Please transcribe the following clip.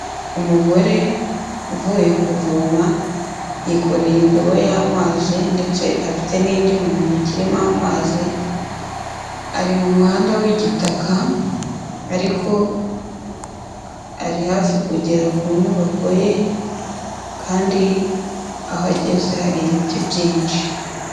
Umugore uvuye kuvoma, yikoreye indobo y'amazi ndetse afite n'indi mu ntoki irimo amazi, ari mu muhanda w'igitaka ariko ari hafi kugera ku nyubako ye kandi aho ageze, hari ibiti byinshi.